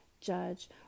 judge